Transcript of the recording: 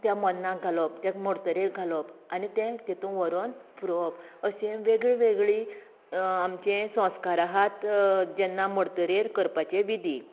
त्या मरनाक घालप तेका मरतगीर घालप आनी तें तेतून व्हरून किंवा अशें वेगळें वेगळें आमचे संस्कार आसात जेन्ना मरतरीर करपाचे विधी